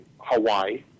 Hawaii